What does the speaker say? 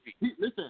Listen